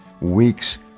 weeks